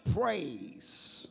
praise